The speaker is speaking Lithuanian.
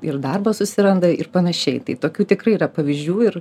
ir darbą susiranda ir panašiai tai tokių tikrai yra pavyzdžių ir